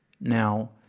Now